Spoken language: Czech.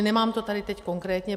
Nemám to tady teď konkrétně.